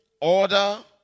order